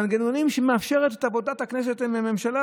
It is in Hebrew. מנגנונים שמאפשרים את עבודת הכנסת עם הממשלה,